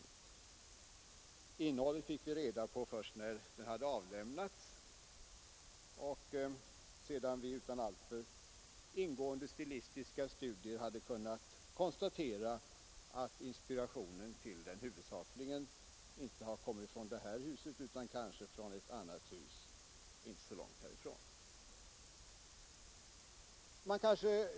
Innehållet i reservationen fick vi reda på först när den hade avlämnats och sedan vi utan alltför ingående stilistiska studier hade kunnat konstatera att inspirationen till den huvudsakligen kommit, inte från det här huset utan från ett annat hus inte så långt härifrån.